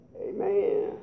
Amen